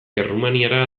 errumaniara